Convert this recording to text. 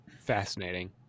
fascinating